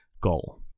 goal